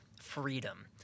freedom